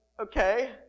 okay